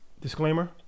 Disclaimer